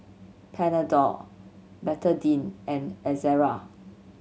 Panadol Betadine and Ezerra